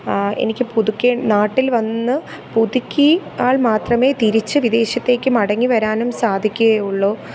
എനിക്ക് പുതു നാട്ടില് വന്ന് പുതുക്കിയാൽ മാത്രമേ തിരിച്ച് വിദേശത്തേക്ക് മടങ്ങിവരാനും സാധിക്കുകയുള്ളൂ